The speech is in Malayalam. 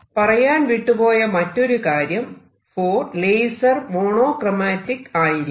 പറയാൻ വിട്ടുപോയ മറ്റൊരു കാര്യം ലേസർ മോണോക്റോമാറ്റിക് ആയിരിക്കും